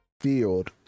Field